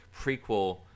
prequel